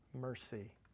mercy